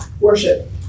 worship